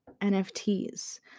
NFTs